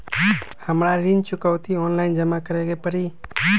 हमरा ऋण चुकौती ऑनलाइन जमा करे के परी?